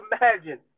imagine